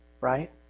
Right